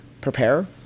prepare